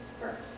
first